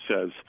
says